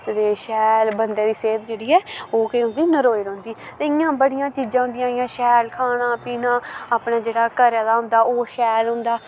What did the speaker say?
ते शैल बंदे दी सेह्त जेह्ड़ी ऐ ओह् केह् होंदी नरोई रौंह्दी इ'यां बड़ियां चीजां होंदियां इ'यां शैल खाना पीना अपने जेह्ड़ा घरै दा होंदा ओह् शैल होंदा